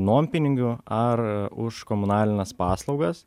nuompinigių ar už komunalines paslaugas